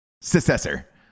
successor